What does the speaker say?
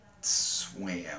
Swam